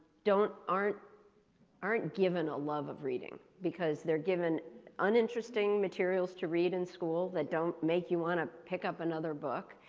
don't aren't given given a love of reading because they're given uninteresting materials to read in school that don't make you want to pick up another book.